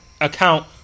account